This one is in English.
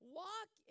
walk